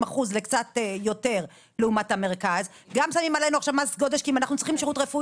אחר כך גם ישימו לנו מס גודש כי נצטרך לקבל שירותים